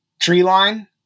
treeline